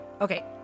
okay